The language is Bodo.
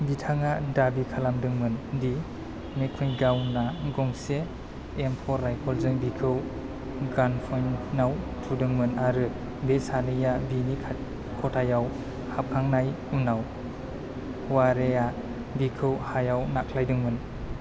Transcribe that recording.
बिथाङा दाबि खालामदोंमोन दि मेकगुइगानआ गंसे एम फ'र राइफलजों बिखौ गानपइन्टआव थुदोंमोन आरो बे सानैआ बिनि खथायाव हाबखांनाय उनाव हवारेआ बिखौ हायाव नाख्लायदोंमोन